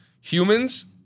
Humans